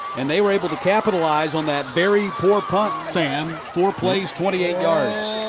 and they were able to capitalize on that very poor punt, sam, four plays, twenty eight yards.